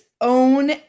own